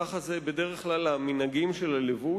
ככה זה בדרך כלל המנהגים של הלבוש.